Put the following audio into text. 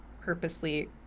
purposely